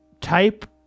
Type